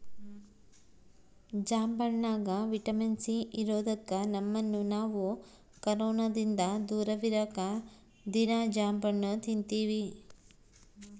ಜಾಂಬಣ್ಣಗ vitamin C ಇರದೊಕ್ಕ ನಮ್ಮನ್ನು ನಾವು ಕೊರೊನದಿಂದ ದೂರವಿರಕ ದೀನಾ ಜಾಂಬಣ್ಣು ತಿನ್ತಿವಿ